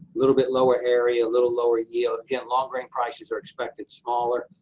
little bit lower area, a little lower yield, again long-grain prices are expected smaller.